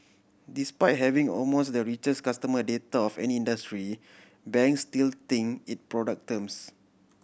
despite having amongst the richest customer data of any industry banks still think in product terms